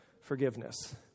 forgiveness